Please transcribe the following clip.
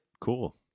Cool